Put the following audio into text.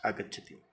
आगच्छति